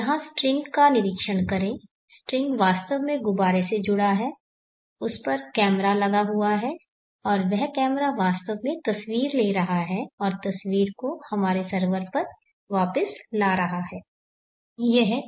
हां स्ट्रिंग का निरीक्षण करें स्ट्रिंग वास्तव में गुब्बारे से जुड़ा है उस पर कैमरा लगा हुआ है और वह कैमरा वास्तव में तस्वीर ले रहा है और तस्वीर को हमारे सर्वर पर वापस ला रहा है